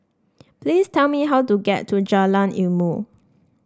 please tell me how to get to Jalan Ilmu